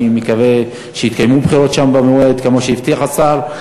אני מקווה שיתקיימו בחירות שם במועד כמו שהבטיח השר,